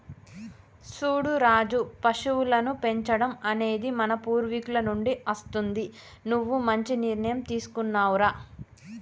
సూడు రాజు పశువులను పెంచడం అనేది మన పూర్వీకుల నుండి అస్తుంది నువ్వు మంచి నిర్ణయం తీసుకున్నావ్ రా